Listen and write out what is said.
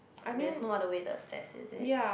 there's no other way to assess is it